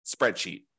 spreadsheet